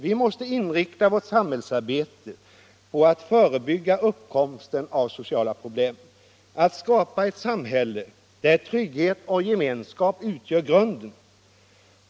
Vi måste inrikta vårt samhälle på att förebygga uppkomsten av sociala problem och att skapa ett samhälle där trygghet och gemenskap utgör grunden.